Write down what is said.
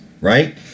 right